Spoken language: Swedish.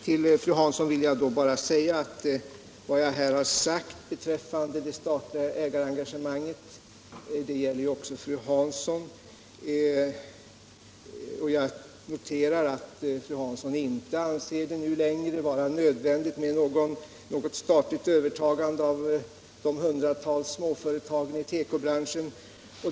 Till fru Hansson vill jag säga att jag noterar att hon inte längre anser det vara nödvändigt med något statligt övertagande av de hundratals småföretagen i tekobranschen.